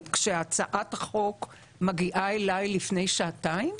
כאשר הצעת החוק מגיעה אלי לפני שעתיים?